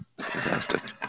Fantastic